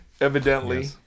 evidently